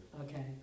Okay